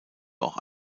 auch